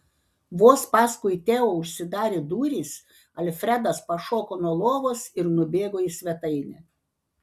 vos paskui teo užsidarė durys alfredas pašoko nuo lovos ir nubėgo į svetainę